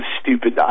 stupid